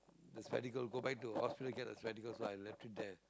the spectacle go back to hospital to get the spectacle so I left it there